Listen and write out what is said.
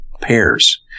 pairs